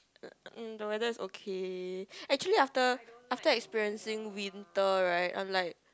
the weather is okay actually after after experiencing winter right I'm like